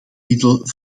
middelen